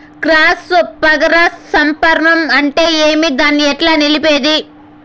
Cross పరాగ సంపర్కం అంటే ఏమి? దాన్ని ఎట్లా నిలిపేది?